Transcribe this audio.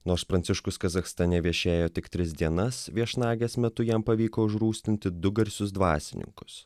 nors pranciškus kazachstane viešėjo tik tris dienas viešnagės metu jam pavyko užrūstinti du garsius dvasininkus